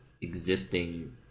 existing